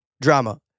drama